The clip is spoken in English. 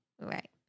Right